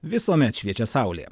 visuomet šviečia saulė